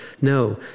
No